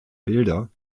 bilder